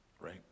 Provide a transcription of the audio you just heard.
Right